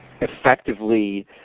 effectively